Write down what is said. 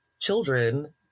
children